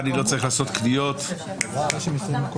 ממלא מקום יושב-ראש הוועדה,